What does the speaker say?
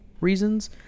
reasons